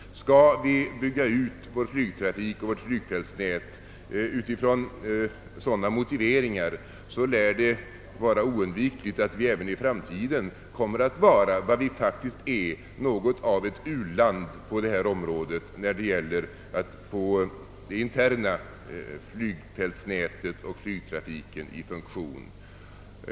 Skall vi bygga ut vår flygtrafik och vårt flygfältsnät med sådana motiveringar som utgångspunkt lär det vara oundvikligt att vi även i framtiden förblir vad vi faktiskt är, ett u-land när det gäller att få rikets interna flygfältsnät och flygtrafik i funktion.